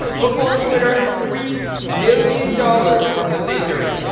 before he would earn three million dollars from the victory